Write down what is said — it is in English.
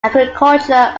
agriculture